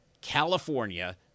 California